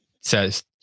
says